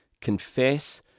confess